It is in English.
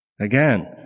Again